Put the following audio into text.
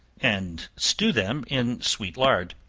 and stew them in sweet lard.